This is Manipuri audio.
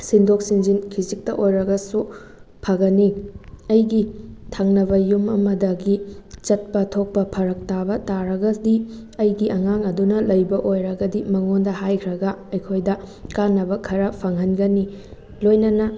ꯁꯤꯟꯗꯣꯛ ꯁꯤꯟꯖꯤꯟ ꯈꯤꯖꯤꯛꯇ ꯑꯣꯏꯔꯒꯁꯨ ꯐꯒꯅꯤ ꯑꯩꯒꯤ ꯊꯪꯅꯕ ꯌꯨꯝ ꯑꯃꯗꯒꯤ ꯆꯠꯄ ꯊꯣꯛꯄ ꯐꯔꯛ ꯇꯥꯕ ꯇꯥꯔꯒꯗꯤ ꯑꯩꯒꯤ ꯑꯉꯥꯡ ꯑꯗꯨꯅ ꯂꯩꯕ ꯑꯣꯏꯔꯒꯗꯤ ꯃꯉꯣꯟꯗ ꯍꯥꯏꯈ꯭ꯔꯒ ꯑꯩꯈꯣꯏꯗ ꯀꯥꯅꯕ ꯈꯔ ꯐꯪꯍꯟꯒꯅꯤ ꯂꯣꯏꯅꯅ